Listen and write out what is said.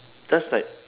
just like